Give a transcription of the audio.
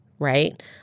Right